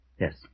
Yes